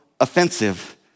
offensive